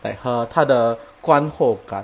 like 和他的观后感